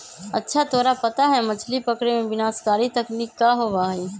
अच्छा तोरा पता है मछ्ली पकड़े में विनाशकारी तकनीक का होबा हई?